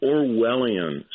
Orwellian